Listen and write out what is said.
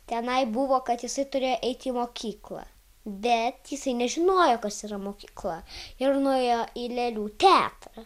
tenai buvo kad jisai turėjo eiti į mokyklą bet jisai nežinojo kas yra mokykla ir nuėjo į lėlių teatrą